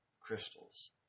crystals